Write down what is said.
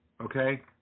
okay